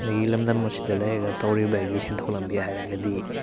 ꯑꯩꯈꯣꯏꯒꯤ ꯂꯝꯗꯝ ꯑꯁꯤꯗ ꯂꯩꯔꯒ ꯇꯧꯔꯤꯕ ꯑꯩꯒꯤ ꯁꯦꯟꯊꯣꯛ ꯂꯝꯕꯤ ꯍꯥꯏꯔꯒꯗꯤ